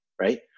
Right